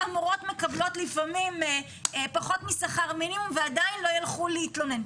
שהמורות מקבלות לפעמים פחות משכר מינימום ועדיין לא יכלו להתלונן.